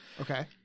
Okay